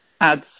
adds